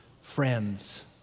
friends